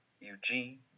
Eugene